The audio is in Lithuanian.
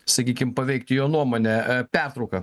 sakykim paveikti jo nuomonę pertrauka